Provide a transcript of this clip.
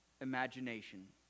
imagination